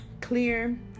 clear